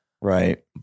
right